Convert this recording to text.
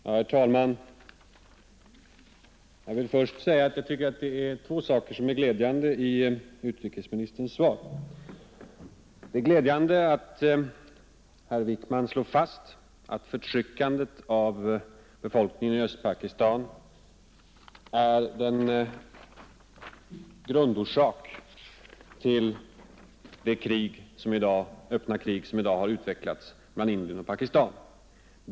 Herr talman! Först vill jag säga att jag finner två saker glädjande i utrikesministerns svar. Det är glädjande att herr Wickman slår fast att förtryckandet av befolkningen i Östpakistan är en grundorsak till det öppna krig som i dag har utvecklats mellan Indien och Pakistan.